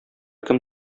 кем